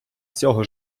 цього